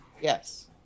Yes